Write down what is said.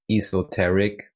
esoteric